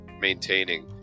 maintaining